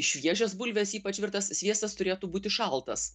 šviežias bulves ypač virtas sviestas turėtų būti šaltas